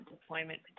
deployment